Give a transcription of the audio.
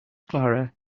clara